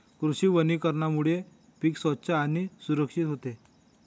कृषी वनीकरणामुळे पीक स्वच्छ आणि सुरक्षित होते